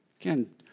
Again